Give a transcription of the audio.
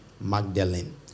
magdalene